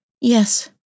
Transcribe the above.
Yes